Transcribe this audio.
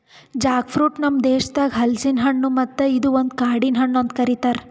Jack fruit ನಮ್ ದೇಶದಾಗ್ ಹಲಸಿನ ಹಣ್ಣು ಮತ್ತ ಇದು ಒಂದು ಕಾಡಿನ ಹಣ್ಣು ಅಂತ್ ಕರಿತಾರ್